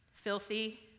Filthy